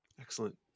Excellent